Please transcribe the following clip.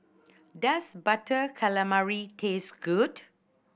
does Butter Calamari taste good